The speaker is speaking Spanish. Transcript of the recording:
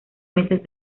meses